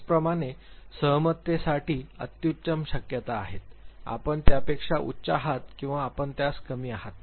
त्याचप्रमाणे सहमततेसाठीही अत्युत्तम शक्यता आहेत आपण त्यापेक्षा उच्च आहात किंवा आपण त्यास कमी आहात